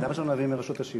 למה שלא נביא מרשות השידור?